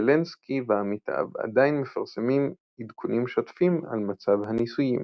ולנסקי ועמיתיו עדיין מפרסמים עדכונים שוטפים על מצב הניסויים.